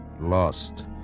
lost